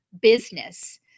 business